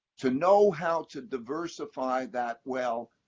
to know how to diversify that well,